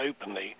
openly